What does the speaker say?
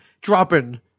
dropping